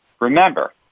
Remember